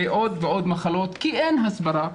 ועוד ועוד מחלות, כי אין הסברה.